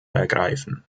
ergreifen